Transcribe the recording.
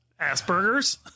Asperger's